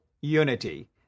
unity